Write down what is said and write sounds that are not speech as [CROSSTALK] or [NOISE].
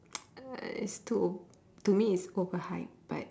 [NOISE] it's too to me it's overhype but